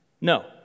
No